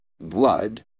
Blood